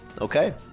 Okay